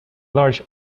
large